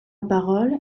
parole